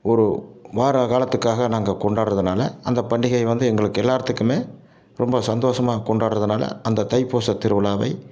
ஒரு வார காலத்துக்காக நாங்கள் கொண்டாடுறதுனால அந்த பண்டிகை வந்து எங்களுக்கு எல்லார்த்துக்கும் ரொம்ப சந்தோஷமாக கொண்டாடுறதுனால அந்த தைபூசத் திருவிழாவை